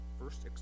First